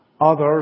Others